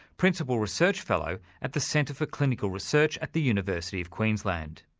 principal research fellow at the centre for clinical research at the university of queensland.